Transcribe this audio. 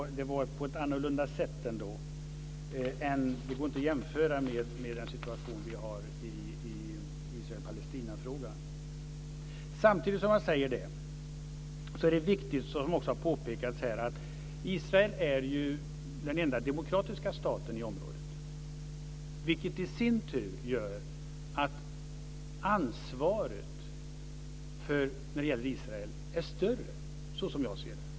Det var ändå annorlunda. Det går inte att jämföra med den situation som vi har i Israel-Palestina-frågan. Samtidigt som man säger det är det riktigt, som också har påpekats här, att Israel är den enda demokratiska staten i området. Det gör i sin tur att ansvaret för Israel är större som jag ser det.